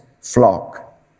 flock